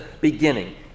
beginning